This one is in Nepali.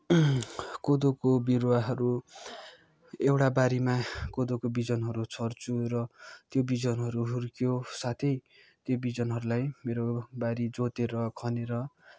कोदोको बिरुवाहरू एउटा बारीमा कोदोको बिजनहरू छर्छु त्यो बिजनहरू हुर्क्यो साथै ती बिजनहरूलाई मेरो बारी जोतेर खनेर